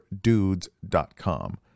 dudes.com